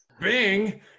Bing